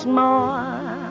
more